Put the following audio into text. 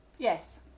Yes